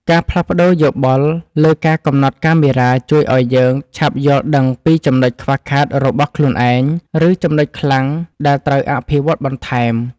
ការផ្លាស់ប្តូរយោបល់លើការកំណត់កាមេរ៉ាជួយឱ្យយើងឆាប់យល់ដឹងពីចំណុចខ្វះខាតរបស់ខ្លួនឯង ឬ ចំណុចខ្លាំងដែលត្រូវអភិវឌ្ឍបន្ថែម។